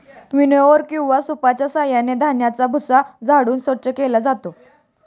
विनओवर किंवा सूपच्या साहाय्याने धान्याचा भुसा झाडून स्वच्छ केला जातो